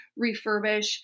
refurbish